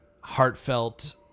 heartfelt